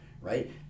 right